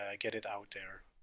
ah get it out there.